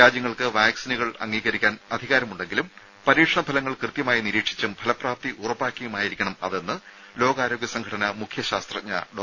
രാജ്യങ്ങൾക്ക് വാക്സിനുകളെ അംഗീകരിക്കാൻ അധികാരമുണ്ടെങ്കിലും പരീക്ഷണ ഫലങ്ങൾ കൃത്യമായി നിരീക്ഷിച്ചും ഫലപ്രാപ്തി ഉറപ്പാക്കിയുമായിരിക്കണമെന്ന് ലോകാരോഗ്യ സംഘടന മുഖ്യ ശാസ്ത്രജ്ഞ ഡോ